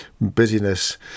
busyness